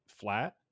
flat